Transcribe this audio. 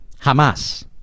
Hamas